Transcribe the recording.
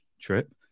trip